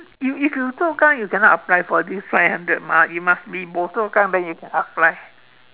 if you hokkien you cannot apply for this five hundred mah you must be bo hokkien then you can apply